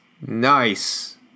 nice